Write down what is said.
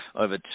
Over